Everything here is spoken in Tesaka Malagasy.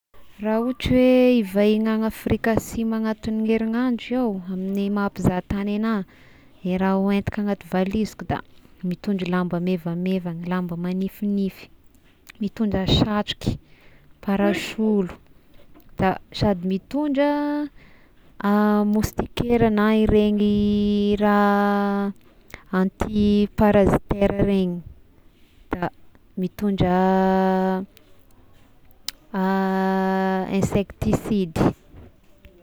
Raha ohatry hoe hivahigny any Afrika Asimo anatin'ny herinandro iaho amin'ny maha mpizahatagny anah, i raha hoentiko anaty valiziko da mitondra lamba maivamaivagna, lamba magnifignify, mitondra satroky, parasolo, da sady mitondra moustiquaire na ireny raha antiparasitaire iregny da mitondra insektisidy.